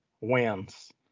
wins